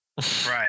right